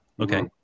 Okay